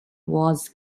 was